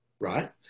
right